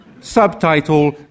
subtitle